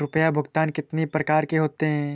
रुपया भुगतान कितनी प्रकार के होते हैं?